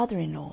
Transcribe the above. FATHER-IN-LAW